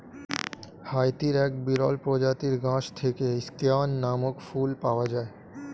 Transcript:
হাইতির এক বিরল প্রজাতির গাছ থেকে স্কেয়ান নামক ফুল পাওয়া যায়